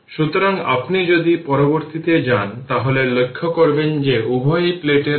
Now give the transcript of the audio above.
সুতরাং 12 3 10 থেকে পাওয়ার 6 v 2 20 2 অর্থাৎ 600 মাইক্রো জুল